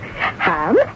Ham